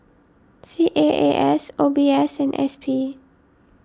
C A A S O B S and S P